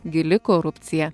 gili korupcija